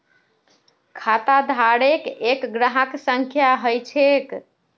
खाताधारकेर एक ग्राहक संख्या ह छ